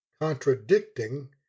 contradicting